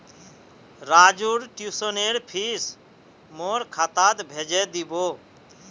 राजूर ट्यूशनेर फीस मोर खातात भेजे दीबो